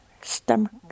stomach